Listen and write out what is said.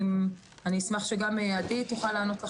אני אשמח שגם עדי תוכל לענות לכם.